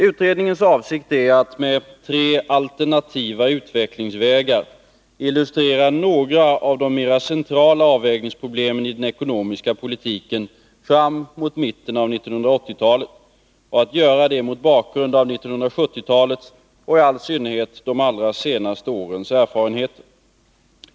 Utredningens avsikt är att med tre alternativa utvecklingsvägar illustrera några av de mera centrala avvägningsproblemen i den ekonomiska politiken fram mot mitten av 1980-talet, och att göra det mot bakgrund av 1970-talets och i all synnerhet de allra senaste årens erfarenheter.